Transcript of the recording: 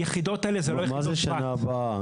מה זה שנה הבאה?